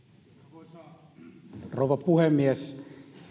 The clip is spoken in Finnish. arvoisa rouva puhemies